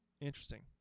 Interesting